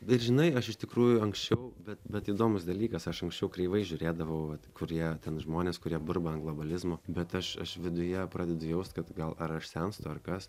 bet žinai aš iš tikrųjų anksčiau bet bet įdomus dalykas aš anksčiau kreivai žiūrėdavau vat kurie ten žmonės kurie burba an globalizmo bet aš aš viduje pradedi jaust kad gal ar aš senstu ar kas